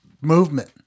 movement